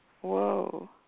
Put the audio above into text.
Whoa